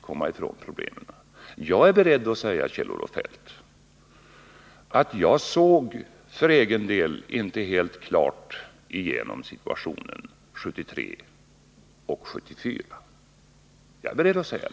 Jag är, Kjell-Olof Feldt, beredd att säga att jag för egen del inte såg situationen helt klart 1973 och 1974.